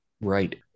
right